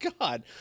God